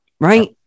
Right